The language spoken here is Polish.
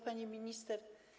Pani Minister!